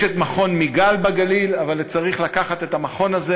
יש מכון מיג"ל בגליל, אבל צריך לקחת את המכון הזה